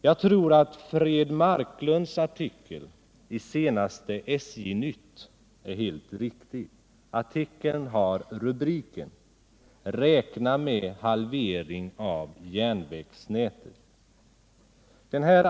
Jag tror att Fred Marklunds artikel i senaste SJ-nytt är helt riktig. Artikeln har rubriken ”Räkna med halvering av järnvägsnätet”.